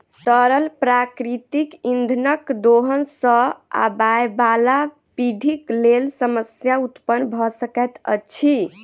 तरल प्राकृतिक इंधनक दोहन सॅ आबयबाला पीढ़ीक लेल समस्या उत्पन्न भ सकैत अछि